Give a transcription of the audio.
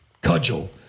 cudgel